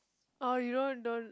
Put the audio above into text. orh you don't don't